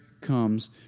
comes